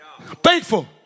Thankful